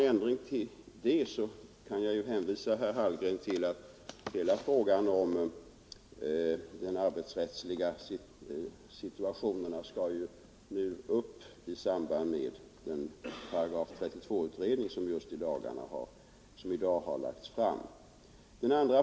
Jag kan hänvisa till att hela situationen på det arbetsrättsliga området skall tas upp i samband med behandlingen av den s.k. § 32-utredningen som i dag har lagt fram sitt betänkande.